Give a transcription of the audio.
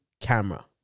camera